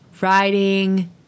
riding